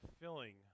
filling